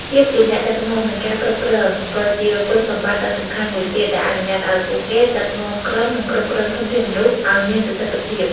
ភាពជាអ្នកដឹកនាំ និងការគ្រប់គ្រង ក៏ជាគុណសម្បត្តិដ៏សំខាន់មួយទៀត ដែលអនុញ្ញាតឱ្យពួកគេដឹកនាំក្រុម និងគ្រប់គ្រងធនធានមនុស្សឱ្យមានប្រសិទ្ធភាព។